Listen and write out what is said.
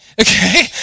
Okay